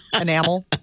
Enamel